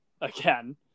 again